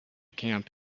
camp